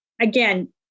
Again